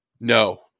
No